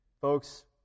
folks